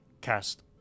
cast